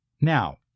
Now